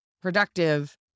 productive